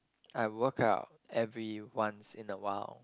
I workout every once in awhile